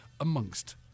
amongst